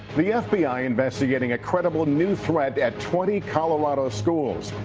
the fbi investigating a credible new threat at twenty colorado schools.